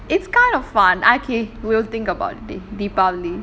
it's kind of fun okay we'll think about it dey deepavali